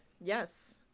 Yes